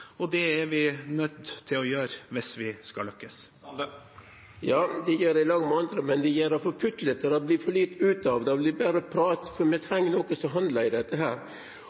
og det er vi nødt til hvis vi skal lykkes. Ja, ein gjer det i lag med andre, men ein gjer det for putlete, det vert for lite ut av det, det vert berre prat, for me treng nokon som handlar.